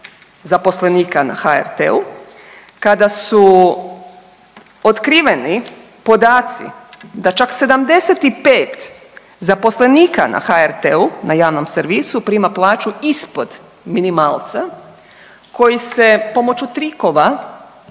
zaposlenika na HRT-u kada su otkriveni podaci da čak 75 zaposlenika na HRT-u na javnom servisu prima plaću ispod minimalca koji se pomoću trikova